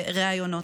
בראיונות.